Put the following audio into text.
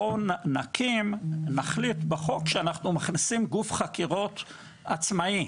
בואו נחליט בחוק שאנחנו מכניסים גוף חקירות עצמאי,